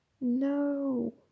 No